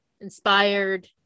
Inspired